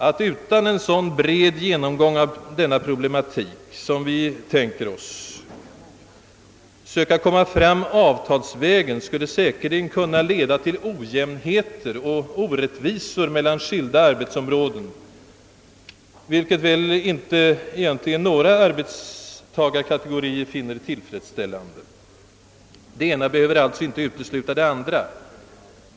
Att utan en sådan bred genomgång av denna problematik söka komma fram avtalsvägen skulle säkerligen kunna leda till ojämnheter och orättvisor mellan skilda arbetsområden, vilket väl inte några arbetstagarkategorier kan finna tillfredsställande. Det ena behöver alltså inte utesluta det andra.